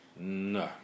No